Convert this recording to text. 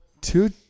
two